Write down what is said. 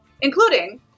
including